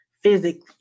physically